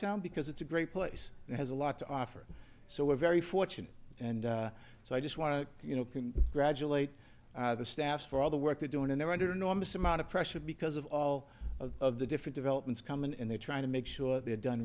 watertown because it's a great place and has a lot to offer so we're very fortunate and so i just want to you know can graduate the staff for all the work they're doing and they're under enormous amount of pressure because of all of the different developments come in and they're trying to make sure they're done